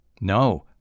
No